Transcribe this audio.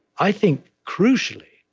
i think, crucially,